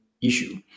issue